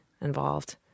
involved